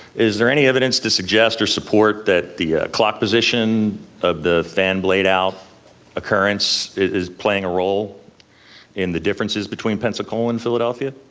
is there any evidence to suggest or support that the clock position of the fan blade out occurrence is playing a role in the differences between pensacola and philadelphia?